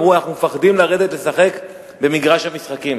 אמרו: אנחנו פוחדים לרדת לשחק במגרש המשחקים,